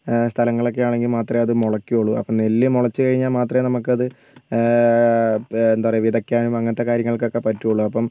സ്ഥലങ്ങളൊക്കെ ആണെങ്കിൽ മാത്രമേ അത് മുളയ്ക്കുള്ളൂ അപ്പം നെല്ല് മുളച്ചു കഴിഞ്ഞാൽ മാത്രമേ നമുക്ക് അത് എന്താണ് പറയുക വിതയ്ക്കാൻ അങ്ങനത്തെ കാര്യങ്ങൾക്കൊക്കെ പറ്റുള്ളൂ അപ്പം